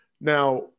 Now